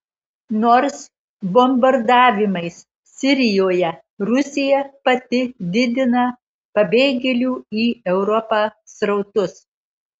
nors bombardavimais sirijoje rusija pati didina pabėgėlių į europą srautus